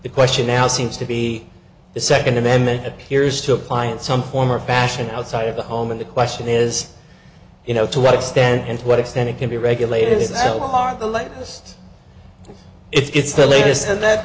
the question now seems to be the second amendment appears to apply and some form or fashion outside of the home and the question is you know to what extent and what extent it can be regulated is l r the lightest it's the latest and that